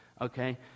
okay